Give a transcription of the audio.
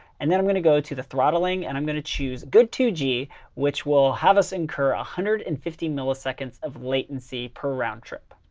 and then i'm going to go to the throttling, and i'm going to choose good two g which will have us incur one ah hundred and fifty milliseconds of latency per around trip.